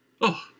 Oh